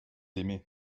aimé